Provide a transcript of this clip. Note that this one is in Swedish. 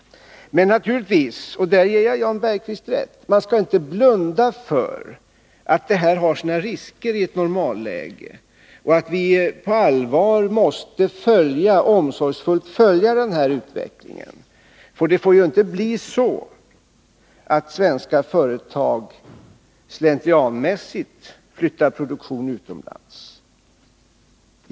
Men naturligtvis — där ger jag Jan Bergqvist rätt — skall man inte blunda för att det här har sina risker i ett normalläge eller för att vi på allvar och omsorgsfullt måste följa denna utveckling. Det får ju inte bli så att svenska företag slentrianmässigt flyttar produktion utomlands.